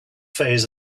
phase